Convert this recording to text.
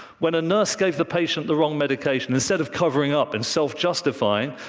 when a nurse gave the patient the wrong medication, instead of covering up and self-justifying,